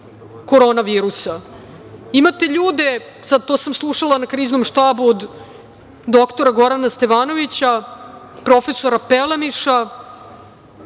korona virusa. Imate ljude, to sam slušala na Kriznom štabu, od dr Gorana Stevanovića, profesora Pelemiša,